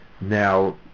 now